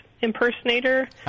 impersonator